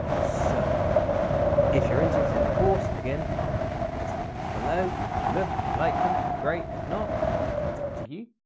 so if you're interested in the course again i'll post the links below have a look if you like them great if not that's up to you.